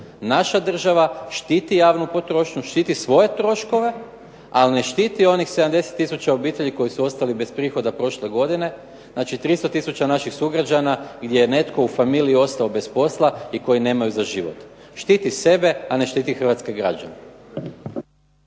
naša država štiti javnu potrošnju, štiti svoje troškove, ali ne štiti onih 70 tisuća obitelji koji su ostali bez prihoda prošle godine, znači 300 tisuća naših sugrađana gdje je netko u obitelji ostao bez posla i nemaju za život. Štiti sebe a ne štiti Hrvatske građane.